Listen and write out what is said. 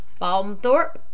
Balmthorpe